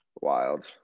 Wild